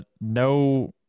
no